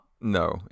No